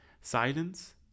Silence